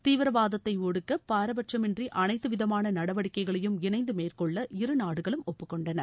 தீவிரவாதத்தை ஒடுக்க பாரபட்சுமின்றி அனைத்து விதமான நடவடிக்கைகளையும் இணைந்து மேற்கொள்ள இருநாடுகளும் ஒப்புக்கொண்டன